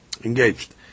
engaged